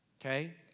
Okay